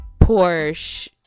Porsche